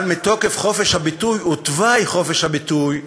אבל מתוקף חופש הביטוי, ותוואי חופש הביטוי,